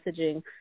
messaging